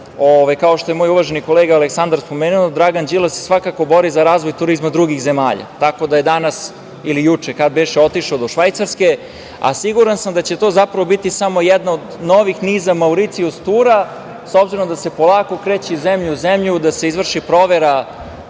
kao što je moj uvaženi kolega Aleksandar spomenuo, Dragan Đilas se svakako bori za razvoj turizma drugih zemalja, tako da je danas ili juče, kada beše, otišao do Švajcarske, a siguran sam da će to, zapravo, biti samo jedna od novih niza Mauricijus tura, s obzirom da se polako kreće iz zemlje u zemlju da se izvrši provera